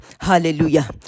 Hallelujah